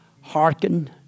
Hearken